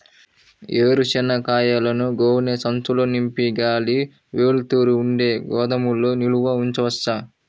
వేరుశనగ కాయలను గోనె సంచుల్లో నింపి గాలి, వెలుతురు ఉండే గోదాముల్లో నిల్వ ఉంచవచ్చా?